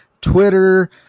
Twitter